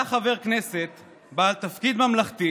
היה חבר כנסת בעל תפקיד ממלכתי